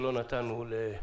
בבקשה.